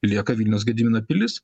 lieka vilniaus gedimino pilis